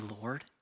Lord